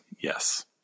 Yes